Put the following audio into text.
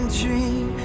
dream